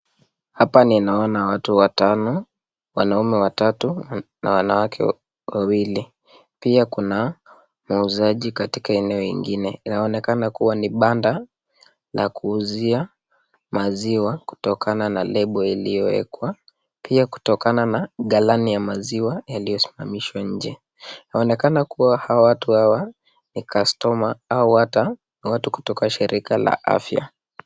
Hapa ninaona watu watano, wanaume watatu na wanawake wawili. Pia kuna mauzaji katika eneo ingine. Inaonekana kuwa ni banda la kuuzia maziwa kutokana na lebo iliyowekwa pia kutokana na galani ya maziwa yaliyosimamishwa nje. Inaonekana kuwa watu hawa ni kastoma au hata watu kutoka shirika la afya.